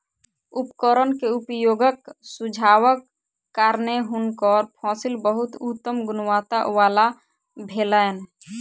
उपकरण के उपयोगक सुझावक कारणेँ हुनकर फसिल बहुत उत्तम गुणवत्ता वला भेलैन